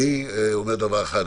אני אומר דבר אחד,